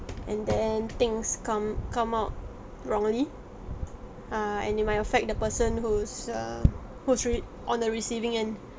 and then things come come out wrongly err and you might affect the person who's err who's re~ on the receiving end